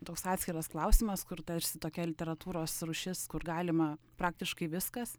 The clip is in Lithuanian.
toks atskiras klausimas kur tarsi tokia literatūros rūšis kur galima praktiškai viskas